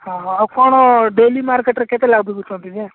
ହଁ ଆପଣ ଡେଲି ମାର୍କେଟରେ କେତେ ଲାଗି ବିକୁଛନ୍ତି ଯେ